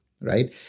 Right